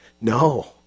No